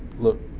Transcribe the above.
look,